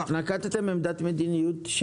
נקטתם עמדת מדיניות,